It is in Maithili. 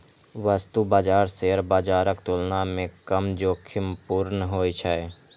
वस्तु बाजार शेयर बाजारक तुलना मे कम जोखिमपूर्ण होइ छै